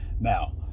Now